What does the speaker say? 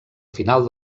final